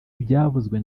ibyavuzwe